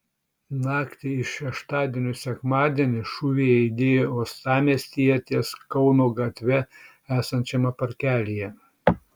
naktį iš šeštadienio į sekmadienį šūviai aidėjo uostamiestyje ties kauno gatve esančiame parkelyje